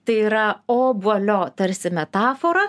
tai yra obuolio tarsi metafora